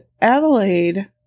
Adelaide